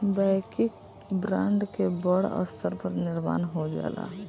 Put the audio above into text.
वैयक्तिक ब्रांड के बड़ स्तर पर निर्माण हो जाला